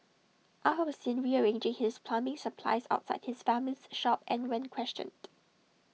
aw was seen rearranging his plumbing supplies outside his family's shop and when questioned